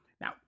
now